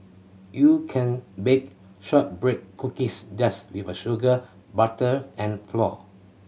you can bake shortbread cookies just with sugar butter and flour